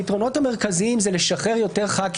היתרונות המרכזיים זה לשחרר יותר חברי